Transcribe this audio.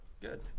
good